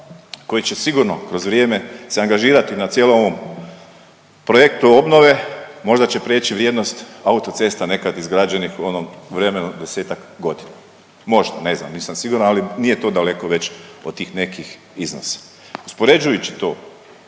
koji će sigurno kroz vrijeme se angažirati na cijelom ovom projektu obnove, možda će prijeći vrijednost autocesta nekad izgrađenih u onom vremenu, 10-ak godina. Možda, ne znam, nisam siguran, ali nije to daleko već od tih nekih iznosa. Uspoređujući to,